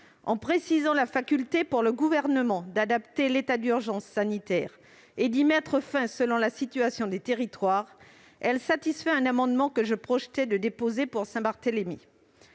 aura la faculté d'adapter l'état d'urgence sanitaire et d'y mettre fin selon la situation dans les territoires, elle satisfait un amendement que je projetais de déposer pour Saint-Barthélemy.